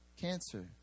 cancer